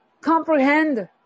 comprehend